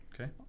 Okay